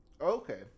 Okay